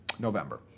November